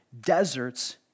deserts